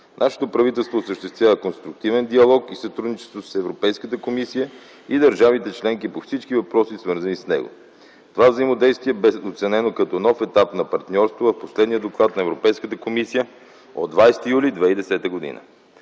нашето правителство осъществява конструктивен диалог и сътрудничество с Европейската комисия и държавите членки по всички въпроси, свързани с него. Това взаимодействие бе оценено като нов етап на партньорство в последния доклад на Европейската комисия от 20 юли 2010 г.